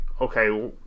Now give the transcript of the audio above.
okay